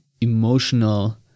emotional